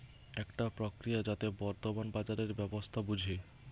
একটা প্রক্রিয়া যাতে বর্তমান বাজারের ব্যবস্থা বুঝে